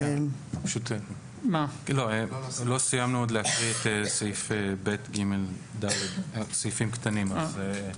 אנחנו לא סיימנו להקריא את סעיפים קטנים (ב),